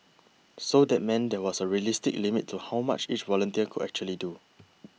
so that meant there was a realistic limit to how much each volunteer could actually do